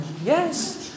Yes